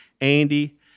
Andy